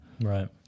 Right